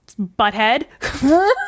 butthead